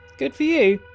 good for you!